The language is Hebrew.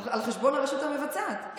על חשבון הרשות המבצעת,